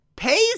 Pays